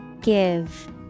Give